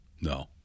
No